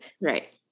Right